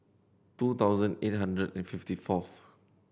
two thousand eight hundred and fifty fourth